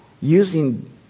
using